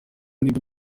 nibyo